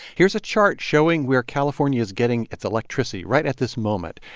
here's a chart showing where california's getting its electricity right at this moment.